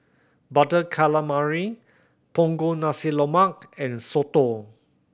Butter Calamari Punggol Nasi Lemak and soto